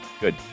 Good